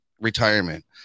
retirement